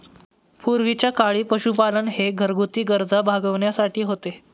पूर्वीच्या काळी पशुपालन हे घरगुती गरजा भागविण्यासाठी होते